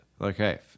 Okay